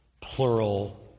plural